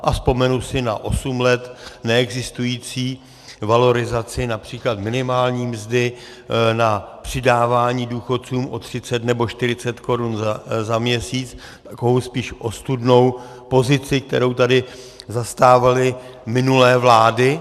A vzpomenu si na osm let neexistující valorizaci například minimální mzdy, na přidávání důchodcům o 30 nebo 40 korun za měsíc, takovou spíš ostudnou pozici, kterou tady zastávaly minulé vlády.